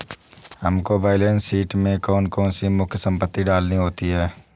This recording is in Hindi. हमको बैलेंस शीट में कौन कौन सी मुख्य संपत्ति डालनी होती है?